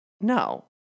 No